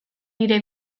nire